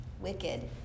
wicked